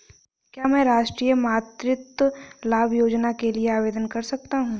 क्या मैं राष्ट्रीय मातृत्व लाभ योजना के लिए आवेदन कर सकता हूँ?